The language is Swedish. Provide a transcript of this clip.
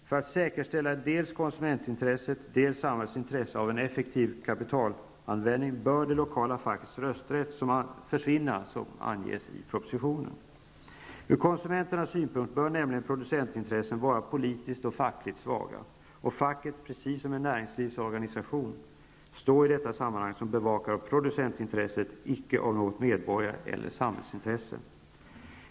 För att säkerställa dels konsumentintresset, dels samhällets intresse av effektiv kapitalanvändning, bör det lokala fackets rösträtt försvinna, såsom anges i propositionen. Från konsumenternas synpunkt bör nämligen producentintressen vara politiskt och fackligt svaga, och facket -- precis som en näringslivsorganisation -- är i detta sammanhang bevakare av producentintresset, icke av något medborgar eller samhällsintresse.